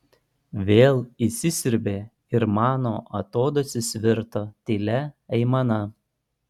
vėl įsisiurbė ir mano atodūsis virto tylia aimana